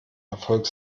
erfolg